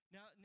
Now